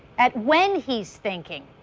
at when he's thinking.